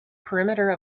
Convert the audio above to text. perimeter